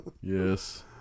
Yes